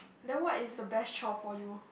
then what is the best chore for you